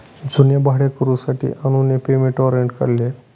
जुन्या भाडेकरूंसाठी अनुने पेमेंट वॉरंट काढले